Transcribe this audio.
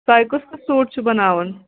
تۄہہِ کُس کُس سوٗٹ چھُ بَناوُن